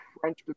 French